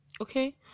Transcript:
okay